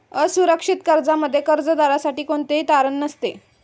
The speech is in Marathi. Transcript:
असुरक्षित कर्जामध्ये कर्जदारासाठी कोणतेही तारण नसते